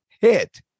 hit